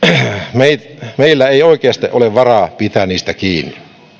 meillä meillä ei ole oikeasti varaa pitää niistä kiinni